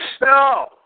No